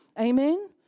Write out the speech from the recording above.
amen